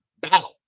Battle